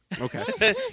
Okay